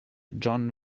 john